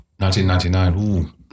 1999